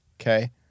Okay